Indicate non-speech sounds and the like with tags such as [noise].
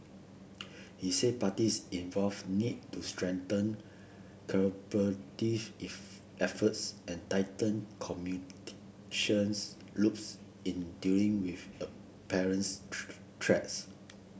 he said parties involved need to strengthen [unintelligible] efforts and tighten [unintelligible] loops in dealing with [unintelligible] a parents threats